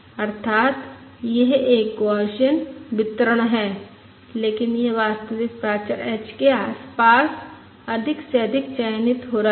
अर्थात यह एक गौसियन वितरण है लेकिन यह वास्तविक प्राचर h के आसपास अधिक से अधिक चयनित हो रहा है